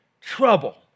trouble